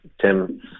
Tim